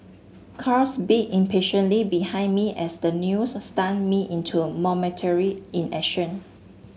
cars beeped impatiently behind me as the news stunned me into momentary inaction